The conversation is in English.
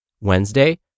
Wednesday